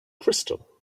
crystal